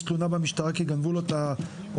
תלונה במשטרה כי גנבו לו את האופניים,